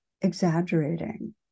exaggerating